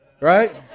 Right